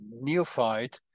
neophyte